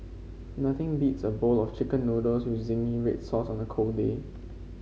nothing beats a bowl of chicken noodles with zingy red sauce on a cold day